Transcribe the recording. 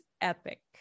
epic